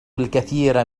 الكثير